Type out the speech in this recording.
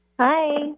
Hi